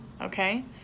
okay